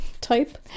type